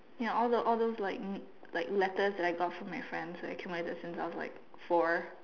ya all the all those like um like letters that I got from my friends that I accumulated since I was four